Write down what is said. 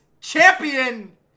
champion